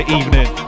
evening